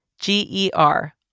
G-E-R